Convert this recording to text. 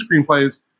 screenplays